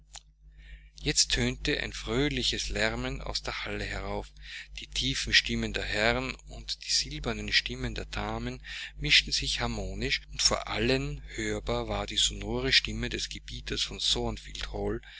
jetzt tönte ein fröhliches lärmen aus der halle herauf die tiefen stimmen der herren und die silbernen stimmen der damen mischten sich harmonisch und vor allen hörbar war die sonore stimme des gebieters von